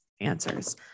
answers